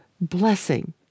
blessing